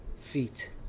feet